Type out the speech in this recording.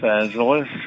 Angeles